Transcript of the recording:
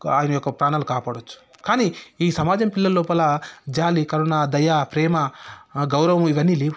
ఆయన యొక్క ప్రాణాలు కాపాడవచ్చు కానీ ఈ సమాజం పిల్లల లోపల జాలి కరుణ దయ ప్రేమ గౌరవం ఇవన్నీ లేవు